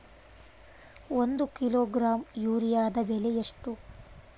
ಒಂದು ಕಿಲೋಗ್ರಾಂ ಯೂರಿಯಾದ ಬೆಲೆ ಎಷ್ಟು?